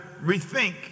rethink